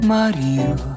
Mario